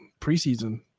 preseason –